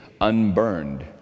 unburned